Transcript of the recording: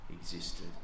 existed